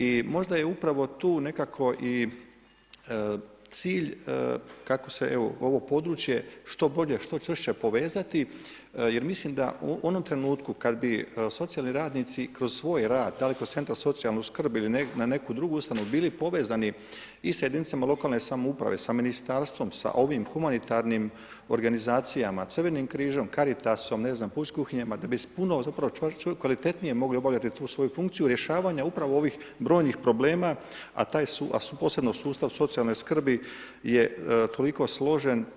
I možda je upravo tu, nekako i cilj kako se ovo područje, što bolje, što čvršće povezati, jer mislim da u onom trenutku, kada bi socijalni radnici, kroz svoj rad, da li kroz centara socijalnu skrb ili na neku drugu ustanovu, bili povezani i sa jedinice lokalne samouprave, sa ministarstvom, sa ovim, sa humanitarnim organizacijama, Crvenim križom, Karitasom, ne znam, pučkim kuhinjama, da bi puno kvalitetnije mogli obavljati tu svoju funkciju rješavanje upravo ovih brojnih problem, a posebno sustav socijalne skrbi je toliko složen.